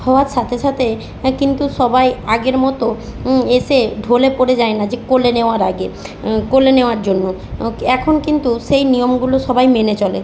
হওয়ার সাথে সাথে হ্যাঁ কিন্তু সবাই আগের মতো এসে ঢলে পড়ে যায় না যে কোলে নেওয়ার আগে কোলে নেওয়ার জন্য ও এখন কিন্তু সেই নিয়মগুলো সবাই মেনে চলে